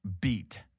beat